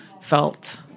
felt